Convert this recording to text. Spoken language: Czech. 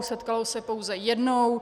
Setkalo se pouze jednou.